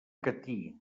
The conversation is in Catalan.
catí